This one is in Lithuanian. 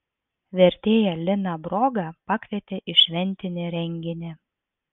vertėją liną brogą pakvietė į šventinį renginį